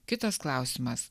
kitas klausimas